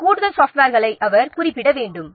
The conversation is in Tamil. இந்த கூடுதல் சாஃப்ட்வேர்களை அவர் குறிப்பிட வேண்டும்